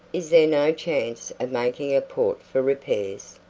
is there no chance of making a port for repairs?